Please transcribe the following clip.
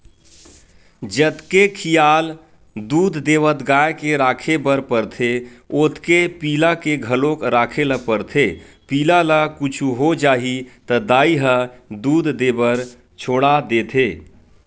जतके खियाल दूद देवत गाय के राखे बर परथे ओतके पिला के घलोक राखे ल परथे पिला ल कुछु हो जाही त दाई ह दूद देबर छोड़ा देथे